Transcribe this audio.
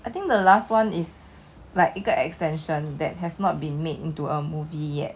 I think the last [one] is like 一个 extension that has not been made into a movie yet